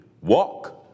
walk